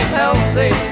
healthy